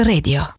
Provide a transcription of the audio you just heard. Radio